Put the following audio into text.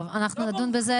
טוב, אנחנו נדון בזה.